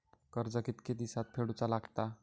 कर्ज कितके दिवसात फेडूचा लागता?